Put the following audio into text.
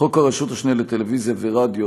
חוק הרשות השנייה לטלוויזיה ורדיו,